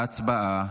הצבעה.